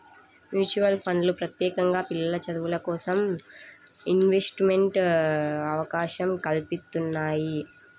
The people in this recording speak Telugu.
మ్యూచువల్ ఫండ్లు ప్రత్యేకంగా పిల్లల చదువులకోసం ఇన్వెస్ట్మెంట్ అవకాశం కల్పిత్తున్నయ్యి